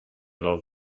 los